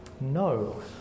No